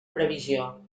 previsió